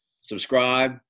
subscribe